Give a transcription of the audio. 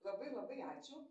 labai labai ačiū